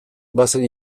bazen